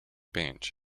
bench